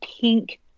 pink